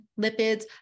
lipids